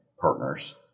partners